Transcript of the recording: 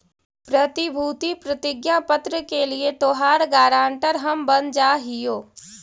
प्रतिभूति प्रतिज्ञा पत्र के लिए तोहार गारंटर हम बन जा हियो